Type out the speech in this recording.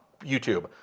YouTube